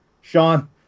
Sean